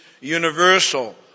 universal